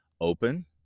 open